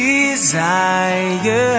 Desire